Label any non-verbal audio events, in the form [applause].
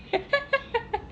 [laughs]